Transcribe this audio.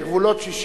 לגבולות 67'?